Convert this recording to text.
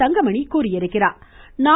தங்கமணி தெரிவித்துள்ளா்